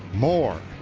more.